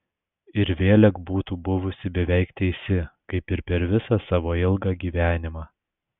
ir vėlek būtų buvusi beveik teisi kaip ir per visą savo ilgą gyvenimą